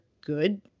good